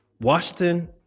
Washington